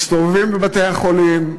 מסתובבים בבתי-החולים,